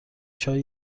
چای